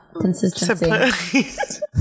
consistency